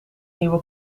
nieuwe